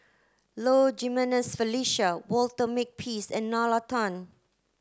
Low Jimenez Felicia Walter Makepeace and Nalla Tan